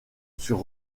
sur